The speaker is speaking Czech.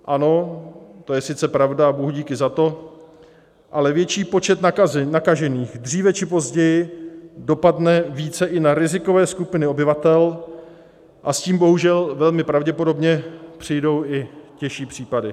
Ano, to je sice pravda, bohudíky za to, ale větší počet nakažených dříve či později dopadne více i na rizikové skupiny obyvatel a s tím bohužel velmi pravděpodobně přijdou i těžší případy.